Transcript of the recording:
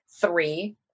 three